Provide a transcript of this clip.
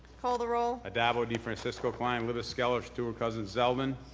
call the roll. addabbo, defrancisco, klein, libous, skelos, stewart-cousins, zeldin.